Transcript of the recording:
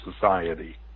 society